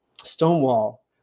Stonewall